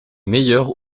meilleur